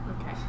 Okay